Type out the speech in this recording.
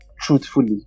truthfully